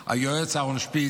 היועץ אהרון שפיץ,